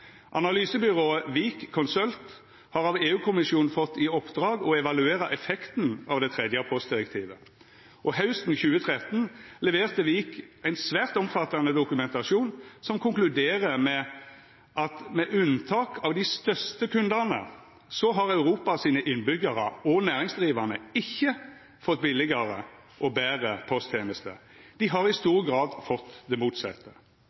Analysebyrået WIK Consult har av EU-kommisjonen fått i oppdrag å evaluera effekten av det tredje postdirektivet, og hausten 2013 leverte WIK ein svært omfattande dokumentasjon som konkluderer med at med unntak av dei største kundane har Europa sine innbyggjarar og næringsdrivande ikkje fått billegare og betre posttenester, dei har i stor grad fått det motsette.